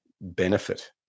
benefit